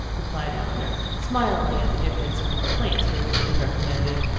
replied elinor, smiling at the difference of the complaints for which it was recommended,